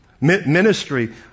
Ministry